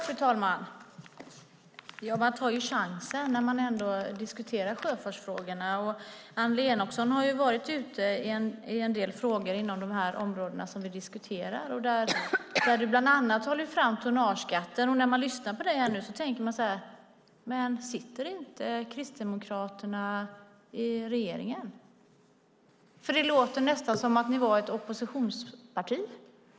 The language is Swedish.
Fru talman! Jag tar chansen när vi ändå diskuterar sjöfartsfrågorna. Annelie Enochson har ju varit ute i en del frågor inom de områden som vi diskuterar och håller bland annat fram tonnageskatten. När man lyssnar på henne här nu tänker man: Men sitter inte Kristdemokraterna i regeringen? Det låter nästan som att ni var ett oppositionsparti.